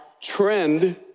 trend